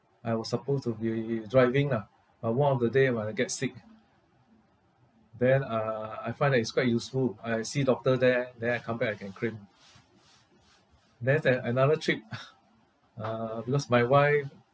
I was supposed to be driving lah but one of the day I get sick then uh I find that it's quite useful I see doctor there then I come back I can claim then there's another trip uh because my wife